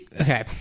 Okay